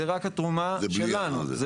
זה רק התרומה שלנו.